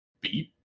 beep